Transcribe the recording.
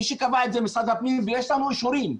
מי שקבע את זה הוא משרד הפנים ויש לנו אישורים.